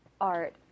art